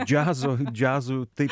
džiazo džiazui taip